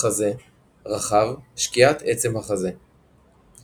חזה רחב, שקיעת עצם החזה פרקים